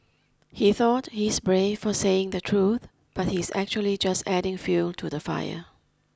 he thought he's brave for saying the truth but he's actually just adding fuel to the fire